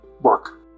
work